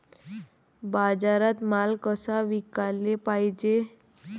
बाजारात माल कसा विकाले पायजे?